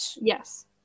Yes